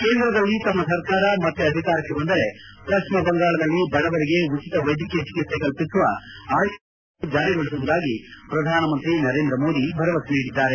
ಕೇಂದ್ರದಲ್ಲಿ ತಮ್ಮ ಸರ್ಕಾರ ಮತ್ತೆ ಅಧಿಕಾರಕ್ಷೆ ಬಂದರೆ ಪಶ್ಚಿಮ ಬಂಗಾಳದಲ್ಲಿ ಬಡವರಿಗೆ ಉಚಿತ ವೈದ್ಯಕೀಯ ಚಿಕಿತ್ತೆ ಕಲ್ಪಿಸುವ ಆಯುಷ್ನಾನ್ ಭಾರತ ಯೋಜನೆಯನ್ನು ಜಾರಿಗೊಳಿಸುವುದಾಗಿ ಪ್ರಧಾನಮಂತ್ರಿ ನರೇಂದ್ರಮೋದಿ ಭರವಸೆ ನೀಡಿದ್ದಾರೆ